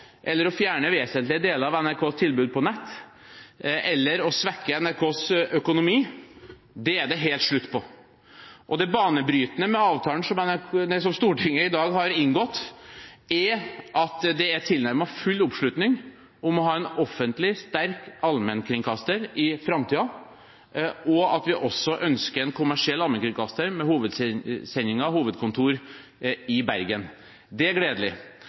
eller å fjerne vesentlige deler av NRKs tilbud på nett eller svekke NRKs økonomi, er det helt slutt på. Det banebrytende med det som Stortinget i dag vedtar, er at det er tilnærmet full oppslutning om å ha en offentlig, sterk allmennkringkaster i framtiden, og at vi også ønsker en kommersiell allmennkringkaster med hovedkontor i Bergen. Det er gledelig.